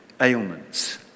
ailments